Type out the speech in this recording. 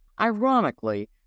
Ironically